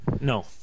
No